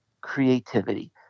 creativity